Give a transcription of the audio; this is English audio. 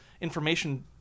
information